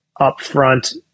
upfront